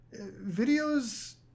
videos